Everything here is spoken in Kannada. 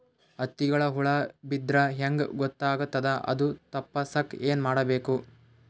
ಹತ್ತಿಗ ಹುಳ ಬಿದ್ದ್ರಾ ಹೆಂಗ್ ಗೊತ್ತಾಗ್ತದ ಅದು ತಪ್ಪಸಕ್ಕ್ ಏನ್ ಮಾಡಬೇಕು?